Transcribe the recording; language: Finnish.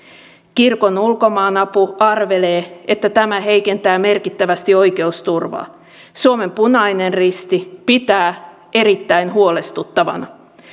kirkon ulkomaanapu arvelee että tämä heikentää merkittävästi oikeusturvaa suomen punainen risti pitää tätä erittäin huolestuttavana